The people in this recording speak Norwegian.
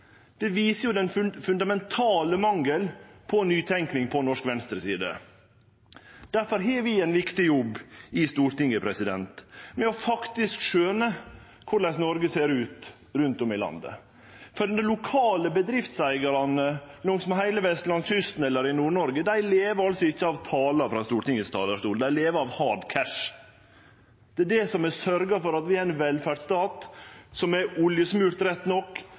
Det viser den fundamentale mangelen på nytenking på norsk venstreside. Difor har vi ein viktig jobb i Stortinget med faktisk å skjøne korleis Noreg ser ut rundt om i landet. For dei lokale bedriftseigarane langsmed heile vestlandskysten eller i Nord-Noreg lever ikkje av talar frå Stortingets talarstol. Dei lever av hard cash. Det er det som har sørgt for at vi er ein velferdsstat, som rett nok er oljesmurt,